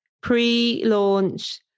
pre-launch